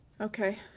Okay